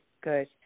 good